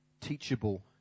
Teachable